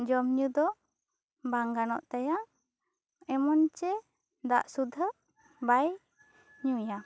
ᱡᱚᱢ ᱧᱩ ᱫᱚ ᱵᱟᱝ ᱜᱟᱱᱚᱜ ᱛᱟᱭᱟ ᱮᱢᱚᱱᱪᱮ ᱫᱟᱜ ᱥᱩᱫᱷᱟᱹ ᱵᱟᱭ ᱧᱩᱭᱟ